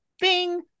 bing